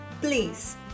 Please